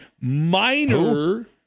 minor